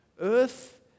Earth